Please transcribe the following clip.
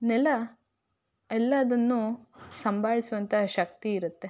ನೆಲ ಎಲ್ಲವನ್ನೂ ಸಂಬಾಳ್ಸೋವಂತ ಶಕ್ತಿ ಇರತ್ತೆ